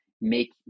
make